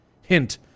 Hint